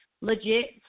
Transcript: legit